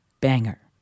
banger